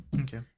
Okay